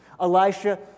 Elisha